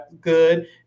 good